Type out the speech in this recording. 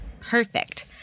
Perfect